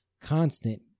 constant